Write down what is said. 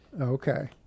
Okay